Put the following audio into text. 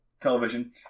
television